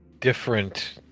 Different